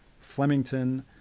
Flemington